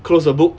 close the book